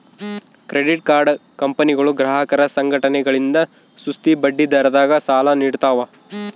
credit card ಕಂಪನಿಗಳು ಗ್ರಾಹಕರ ಸಂಘಟನೆಗಳಿಂದ ಸುಸ್ತಿ ಬಡ್ಡಿದರದಾಗ ಸಾಲ ನೀಡ್ತವ